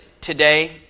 today